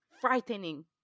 frightening